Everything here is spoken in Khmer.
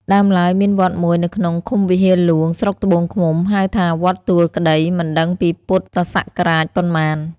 ដើមឡើយ មានវត្តមួយនៅក្នុងឃុំវិហារហ្លួង ស្រុកត្បូងឃ្មុំ ហៅថា “វត្តទួលក្ដី” (មិនដឹងពីពុទ្ធសករាជប៉ុន្មាន) ។